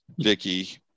vicky